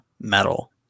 metal